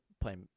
playing